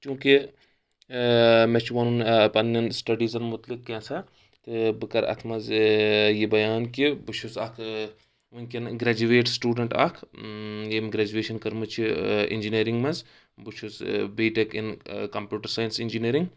چوٗنٛکہِ مےٚ چھُ وَنُن پَنٕنؠن سٹڈیٖزَن مُتعلِق کینٛژھا تہٕ بہٕ کَرٕ اَتھ منٛز یہِ بیان کہِ بہٕ چھُس اکھ وٕنکیٚن گریجویٹ سٹوٗڈنٛٹ اکھ ییٚمہِ گریجویشن کٔرمٕژ چھِ اِنجیٖنَرِنٛگ منٛز بہٕ چھُس B tech in computer science engineering